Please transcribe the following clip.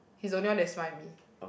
he's only one that smile with me